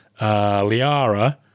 Liara